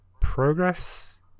progress